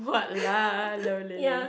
ya